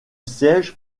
siège